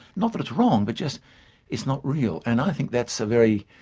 not that it's wrong but just it's not real. and i think that's a very,